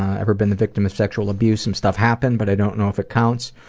ever been the victim of sexual abuse? some stuff happened, but i don't know if it counts.